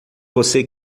você